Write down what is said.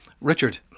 Richard